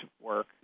work